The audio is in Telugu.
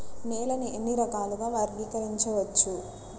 నేలని ఎన్ని రకాలుగా వర్గీకరించవచ్చు?